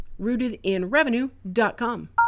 rootedinrevenue.com